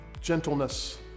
gentleness